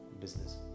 business